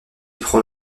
prend